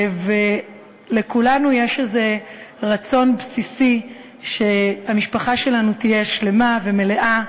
ולכולנו יש איזה רצון בסיסי שהמשפחה שלנו תהיה שלמה ומלאה,